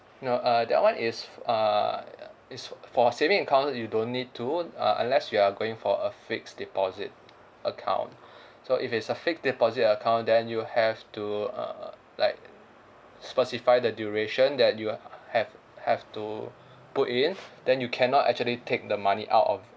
no uh that [one] is uh is for savings account you don't need to uh unless you are going for a fixed deposit account so if it's a fixed deposit account then you have to uh like specify the duration that you have have to put in then you cannot actually take the money out of